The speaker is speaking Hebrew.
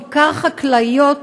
בעיקר חקלאיות,